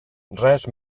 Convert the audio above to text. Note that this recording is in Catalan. res